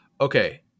Okay